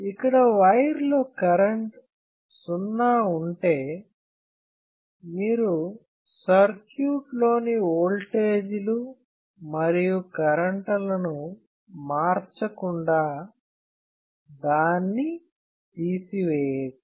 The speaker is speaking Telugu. ఇక్కడ వైర్ లో కరెంట్ '0' ఉంటే మీరు సర్క్యూట్లోని ఓల్టేజ్లు మరియు కరెంట్లను మార్చకుండా దాన్ని తీసివేయవచ్చు